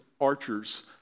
archers